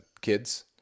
kids